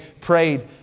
prayed